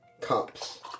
cups